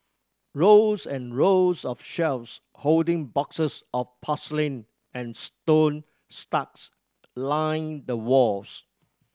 rows and rows of shelves holding boxes of porcelain and stone line the walls